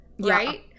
right